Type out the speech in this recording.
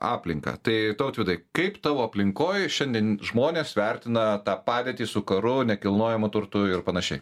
aplinką tai tautvydai kaip tavo aplinkoj šiandien žmonės vertina tą padėtį su karu nekilnojamu turtu ir panašiai